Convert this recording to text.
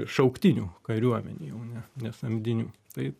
šauktinių kariuomeneo o ne ne samdinių tai